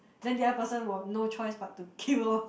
then the other person will no choice but to kill lor